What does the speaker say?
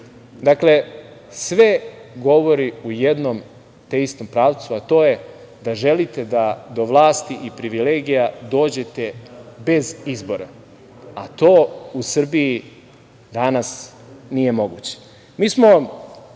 Dakle, sve govori u jednom te istom pravcu, a to je da želite da do vlasti i privilegija dođete bez izbora, a to u Srbiji danas nije moguće. Mi